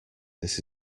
this